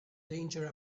danger